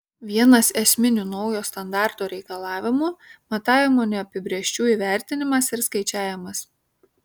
vienas esminių naujo standarto reikalavimų matavimų neapibrėžčių įvertinimas ir skaičiavimas